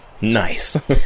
nice